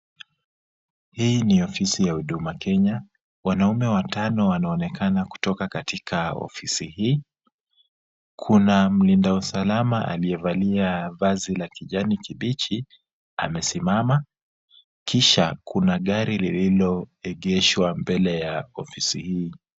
Hii ni ofisi ya huduma Kenya. Wanaume watano wanaonekana kutoka katika ofisi hii. Kuna mlinda usalama aliyevalia vazi la kijani kibichi amesimama, kisha kuna gari lililoegeshwa mbele ya ofisi hii.